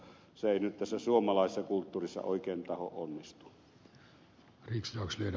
se ei tässä suomalaisessa kulttuurissa oikein tahdo onnistua